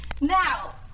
Now